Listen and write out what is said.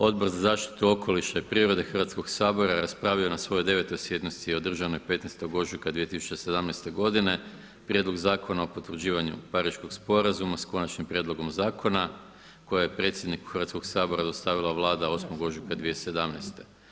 Odbor za zaštitu okoliša i prirode Hrvatskog sabora raspravio je na svojoj 9. sjednici održanoj 15. ožujka 2017. godine Prijedlog zakona o potvrđivanju Pariškog sporazuma s Konačnim prijedlogom zakona koje je predsjedniku Hrvatskog sabora dostavila Vlada 8. ožujka 2017.